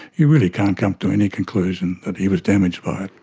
you really can't come to any conclusion that he was damaged by it.